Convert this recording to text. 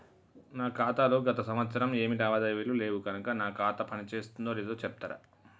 నా ఖాతా లో గత సంవత్సరం ఏమి లావాదేవీలు లేవు కనుక నా ఖాతా పని చేస్తుందో లేదో చెప్తరా?